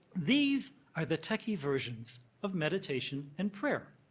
these are the techie versions of meditation and prayer.